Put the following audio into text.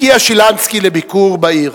הגיע שילנסקי לביקור בעיר.